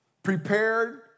Prepared